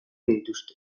dituzte